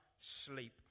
sleep